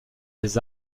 des